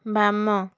ବାମ